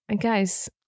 Guys